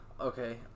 Okay